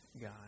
God